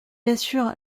assure